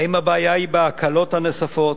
האם הבעיה היא בהקלות הנוספות?